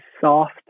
soft